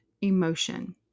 emotion